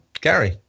Gary